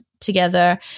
together